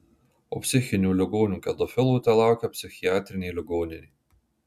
o psichinių ligonių kedofilų telaukia psichiatrinė ligoninė